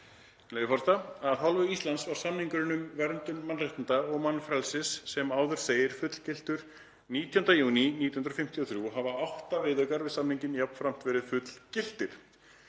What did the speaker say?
forseta: „Af hálfu Íslands var samningurinn um verndun mannréttinda og mannfrelsis sem áður segir fullgiltur 19. júní 1953 og hafa átta viðaukar við samninginn jafnframt verið fullgiltir.